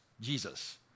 Jesus